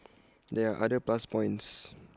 there are other plus points